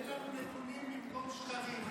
תן לנו נתונים במקום שקרים,